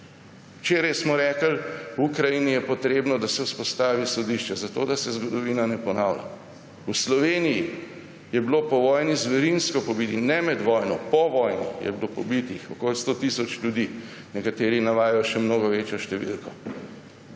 Včeraj smo rekli, v Ukrajini je potrebno, da se vzpostavi sodišče, zato da se zgodovina ne ponavlja. V Sloveniji je bilo po vojni zverinsko pobitih, ne med vojno, po vojni je bilo pobitih okoli 100 tisoč ljudi, nekateri navajajo še mnogo večjo številko.